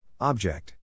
Object